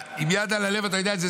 עם יד על הלב, אתה יודע את זה.